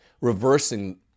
reversing